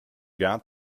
got